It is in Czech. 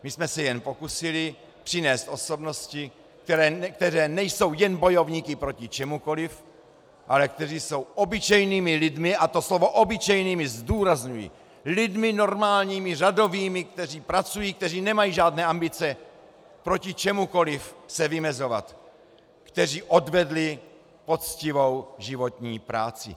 My jsme se jen pokusili přinést osobnosti, které nejsou jen bojovníky proti čemukoliv, ale které jsou obyčejnými lidmi, a to slovo obyčejnými zdůrazňuji, lidmi normálními, řadovými, kteří pracují, kteří nemají žádné ambice proti čemukoliv se vymezovat, kteří odvedli poctivou životní práci.